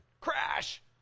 Crash